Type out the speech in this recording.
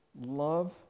love